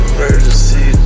Emergency